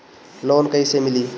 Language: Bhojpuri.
लोन कइसे मिली?